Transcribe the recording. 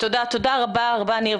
תודה רבה, ניר.